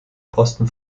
posten